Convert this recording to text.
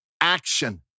action